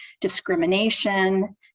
discrimination